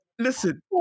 Listen